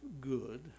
good